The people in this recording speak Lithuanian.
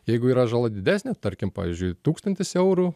jeigu yra žala didesnė tarkim pavyzdžiui tūkstantis eurų